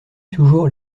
toujours